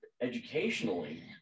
educationally